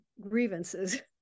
grievances